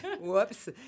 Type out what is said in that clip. Whoops